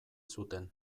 zuten